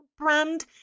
brand